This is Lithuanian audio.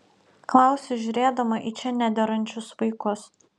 klausiu žiūrėdama į čia nederančius vaikus